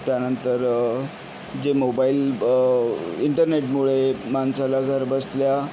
त्यानंतर जे मोबाइल इंटरनेटमुळे माणसाला घरबसल्या